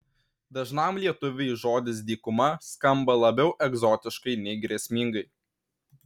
dažnam lietuviui žodis dykuma skamba labiau egzotiškai nei grėsmingai